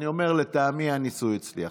אני אומר: לטעמי, הניסוח הצליח.